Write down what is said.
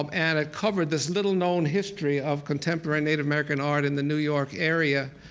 um and it covered this little-known history of contemporary native american art in the new york area.